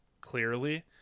clearly